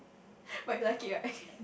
but you like it right